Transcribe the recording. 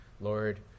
Lord